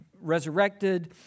resurrected